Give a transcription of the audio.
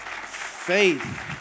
Faith